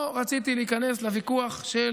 לא רציתי להיכנס לוויכוח של